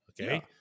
Okay